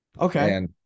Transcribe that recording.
Okay